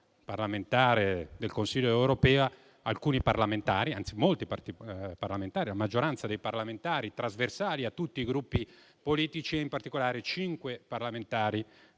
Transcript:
parlamentare del Consiglio d'Europea alcuni parlamentari (anzi, la maggioranza dei parlamentari trasversalmente a tutti i gruppi politici) e, in particolare, cinque parlamentari